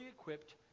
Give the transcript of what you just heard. equipped